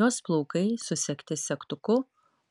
jos plaukai susegti segtuku